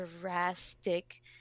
drastic